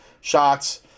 shots